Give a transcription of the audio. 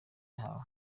yahawe